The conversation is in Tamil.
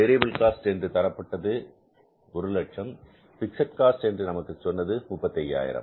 வேரியபில் காஸ்ட் என்று நமக்கு தரப்பட்டது 100000 பிக்ஸட் காஸ்ட் என்று நமக்கு சொன்னது 35000